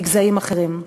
מגזעים אחרים,